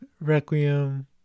Requiem